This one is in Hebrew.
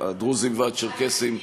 שהדרוזים והצ'רקסים,